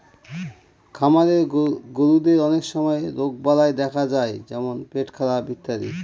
খামারের গরুদের অনেক সময় রোগবালাই দেখা যায় যেমন পেটখারাপ ইত্যাদি